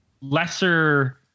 lesser